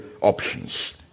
options